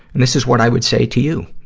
and this is what i would say to you.